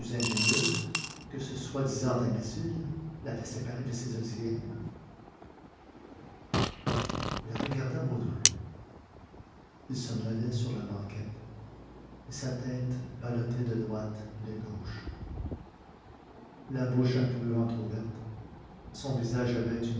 ingénieuse que ce soi-disant imbécile l'avait séparé de ses auxiliaires il regarda baudru il somnolait sur la banquette et sa tête ballottait de droite et de gauche la bouche un peu entr'ouverte son visage avait